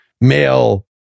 male